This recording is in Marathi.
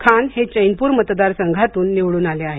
खान हे चैनपूर मतदारसंघातून निवडून आले आहेत